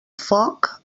foc